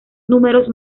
números